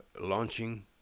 launching